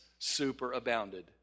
superabounded